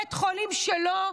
בבית החולים שלו,